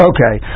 Okay